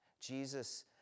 Jesus